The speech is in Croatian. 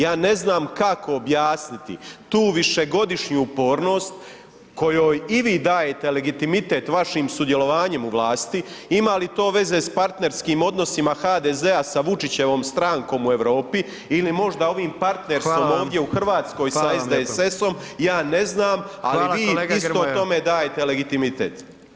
Ja ne znam, kako objasniti tu višegodišnju upornost kojoj i vi dajete legitimitet vašim sudjelovanjem u vlasti, ima li to veze s partnerskim odnosima HDZ-a, sa Vučićevom strankom u Europi ili možda ovim partnerstvom ovdje u Hrvatskoj sa SDSS-om, ja ne znam [[Upadica Predsjednik: Hvala, hvala kolega Grmoja.]] ali vi isto tome dajete legitimitet.